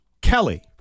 Kelly